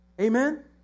Amen